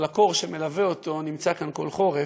אבל הקור שמלווה אותו נמצא כאן כל חורף,